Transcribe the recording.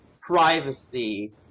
privacy